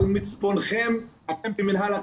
על מצפונכם אתם כמינהל התכנון,